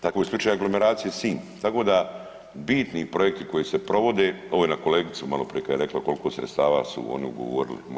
Tako i u slučaju aglomeracije Sinj, tako da bitni projekti koji se provode, ovo je na kolegicu malo prije kad je rekla koliko sredstava su oni ugovorili.